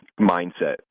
mindset